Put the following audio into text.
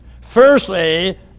Firstly